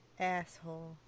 asshole